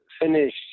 finish –